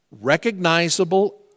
recognizable